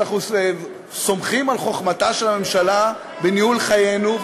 אנחנו סומכים על חוכמתה של הממשלה בניהול חיינו,